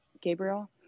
Gabriel